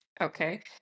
okay